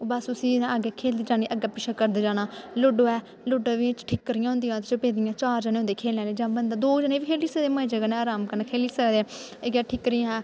ओह् बस उस्सी ना अग्गें खेलदे जाना अग्गें पिच्छें करदे जाना लूडो ऐ लूडो बिच्च ठिकरियां होंदियां ओह्दे च पेदियां चार जने होंदे खेलने आह्ले जां बंदा दो जने बी खेली सकदे मजे कन्नै अराम कन्नै खेली सकदे ऐ इ'यै ठिकरियां